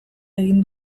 egin